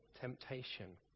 temptation